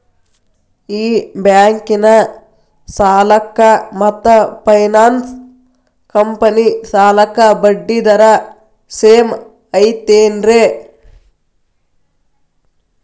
ಈ ಬ್ಯಾಂಕಿನ ಸಾಲಕ್ಕ ಮತ್ತ ಫೈನಾನ್ಸ್ ಕಂಪನಿ ಸಾಲಕ್ಕ ಬಡ್ಡಿ ದರ ಸೇಮ್ ಐತೇನ್ರೇ?